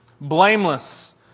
blameless